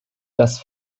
das